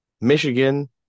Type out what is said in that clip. Michigan